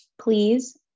Please